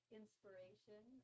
inspiration